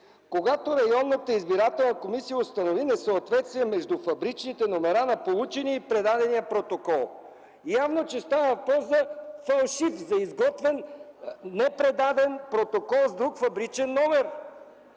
„Когато районната избирателна комисия установи несъответствие между фабричните номера на получения и предадения протокол”. Явно, че става въпрос за фалшив, за изготвен непредаден протокол с друг фабричен номер.